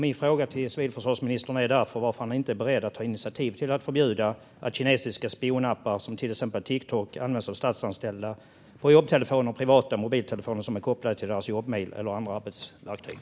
Min fråga till civilförsvarsministern är därför varför han inte är beredd att ta initiativ till att förbjuda att kinesiska spionappar som Tiktok används av statsanställda på jobbtelefoner och privata mobiltelefoner som är kopplade till deras jobbmejl eller andra arbetsverktyg.